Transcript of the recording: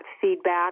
feedback